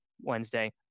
Wednesday